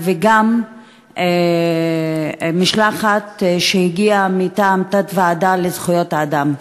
וגם משלחת שהגיעה מטעם תת-ועדה לזכויות האדם.